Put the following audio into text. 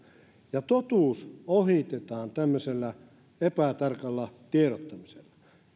ja totuus ohitetaan tämmöisellä epätarkalla tiedottamisella